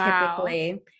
typically